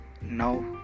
Now